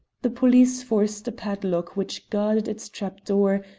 the police forced a padlock which guarded its trap-door,